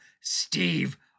Steve